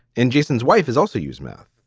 in jason's wife has also used meth.